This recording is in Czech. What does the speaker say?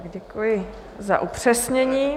Děkuji za upřesnění.